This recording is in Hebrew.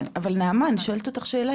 אני שואלת אותך שאלה,